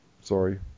Sorry